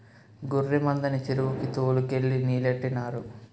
గొర్రె మందని చెరువుకి తోలు కెళ్ళి నీలెట్టినారు